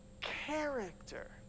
character